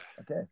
Okay